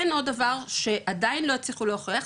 כן עוד דבר שעדיין לא הצליחו להוכיח,